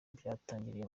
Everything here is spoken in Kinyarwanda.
byatangiriye